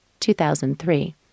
2003